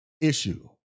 issue